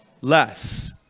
less